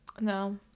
no